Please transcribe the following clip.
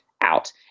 out